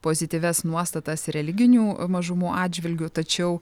pozityvias nuostatas religinių mažumų atžvilgiu tačiau